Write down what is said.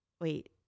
wait